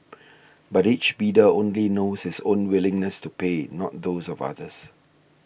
but each bidder only knows his own willingness to pay not those of others